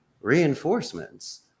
reinforcements